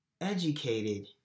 educated